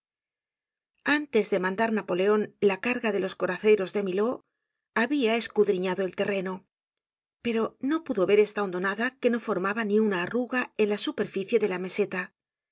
antes de mandar napoleon la carga de los coraceros de milhaud había escudriñado el terreno pero no pudo ver esta hondonada que no formaba ni una arruga en la superficie de la meseta